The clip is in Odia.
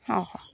ହଁ